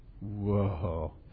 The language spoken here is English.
Whoa